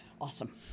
Awesome